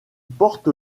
porte